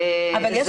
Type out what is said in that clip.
זה